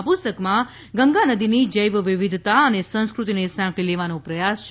આ પુસ્તકમાં ગંગા નદીની જૈવવિવિધતા અને સંસ્કૃતિને સાંકળી લેવાનો પ્રયાસ છે